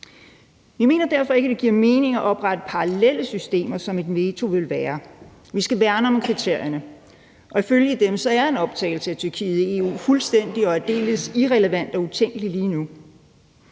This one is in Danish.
Vi mener derfor ikke, det giver mening at oprette parallelle systemer, som et veto ville være. Vi skal værne om kriterierne, og ifølge dem er en optagelse af Tyrkiet i EU fuldstændig og aldeles irrelevant og utænkeligt lige nu.